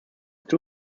two